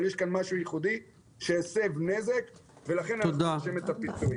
אבל יש כאן משהו ייחודי שהסב נזק ולכן אנחנו דורשים את הפיצוי.